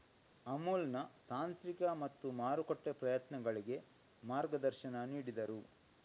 ಅಮುಲ್ನ ತಾಂತ್ರಿಕ ಮತ್ತು ಮಾರುಕಟ್ಟೆ ಪ್ರಯತ್ನಗಳಿಗೆ ಮಾರ್ಗದರ್ಶನ ನೀಡಿದರು